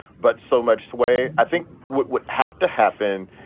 but so much sway i think would would have to happen.